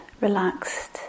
relaxed